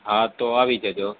હા તો આવી જજો